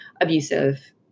abusive